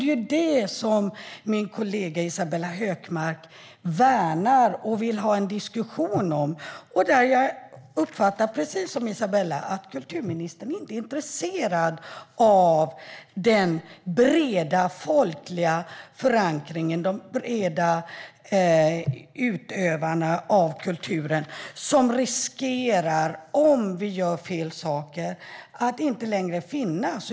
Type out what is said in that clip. Det är det som min kollega Isabella Hökmark värnar och vill ha en diskussion om. Precis som Isabella uppfattar jag det som att kulturministern inte är intresserad av den breda folkliga förankringen och av dem som utövar kulturen brett, som om vi gör fel saker riskerar att inte finnas.